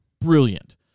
Brilliant